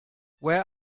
where